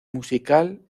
musical